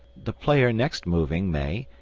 the player next moving may,